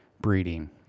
breeding